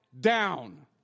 down